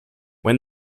when